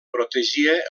protegia